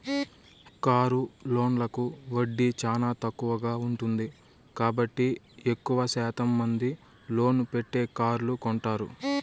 car లోన్లకు వడ్డీ చానా తక్కువగా ఉంటుంది కాబట్టి ఎక్కువ శాతం మంది లోన్ పెట్టే కార్లు కొంటారు